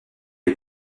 les